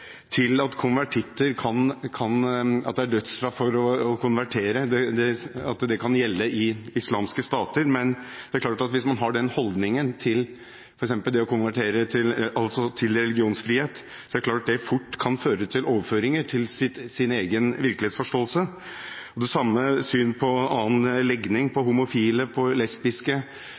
å konvertere, som kan gjelde i islamske stater. Det er klart at hvis man har disse holdningene til religionsfrihet, kan det fort overføres til ens egen virkelighetsforståelse. Det samme gjelder synet på annen legning, på homofile og lesbiske, og synet på